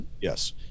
yes